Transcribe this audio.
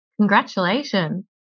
congratulations